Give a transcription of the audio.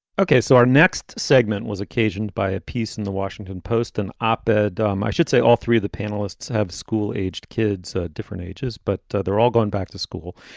ok, so our next segment was occasioned by a piece in the washington post, an op ed, um i should say, all three of the panelists have school aged kids, different ages, but they're all going back to school.